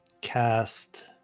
cast